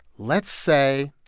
let's say